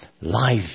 life